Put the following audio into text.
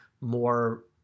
more